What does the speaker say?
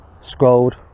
Scrolled